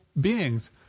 beings